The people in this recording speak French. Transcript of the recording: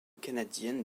canadienne